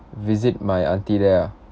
visit my auntie there ah